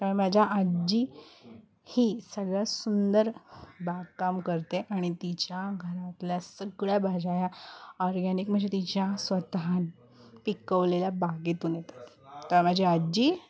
तर माझ्या आजी ही सगळ्यात सुंदर बागकाम करते आणि तिच्या घरातल्या सगळ्या भाज्या या ऑरगॅनिक म्हणजे तिच्या स्वतः पिकवलेल्या बागेतून येतात तर माझी आजी